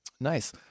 Nice